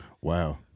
Wow